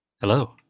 Hello